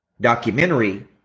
documentary